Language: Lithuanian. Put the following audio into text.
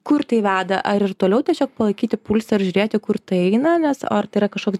kur tai veda ar ir toliau tiesiog palaikyti pulsą ir žiūrėti kur tai eina nes ar tai yra kažkoks